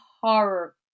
Horror